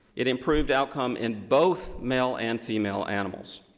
it improved outcome in both male and female animals.